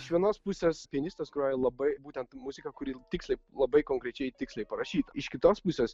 iš vienos pusės pianistės groja labai būtent muziką kuri tiksliai labai konkrečiai tiksliai parašyta iš kitos pusės